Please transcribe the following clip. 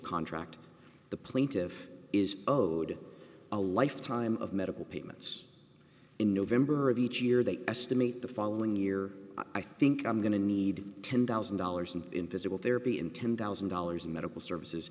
contract the plaintiff is owed a lifetime of medical payments in november of each year they estimate the following year i think i'm going to need ten thousand dollars and in physical therapy in ten thousand dollars in medical services